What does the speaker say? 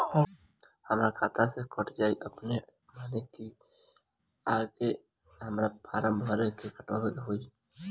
हमरा खाता से कट जायी अपने माने की आके हमरा फारम भर के कटवाए के होई?